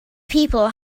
people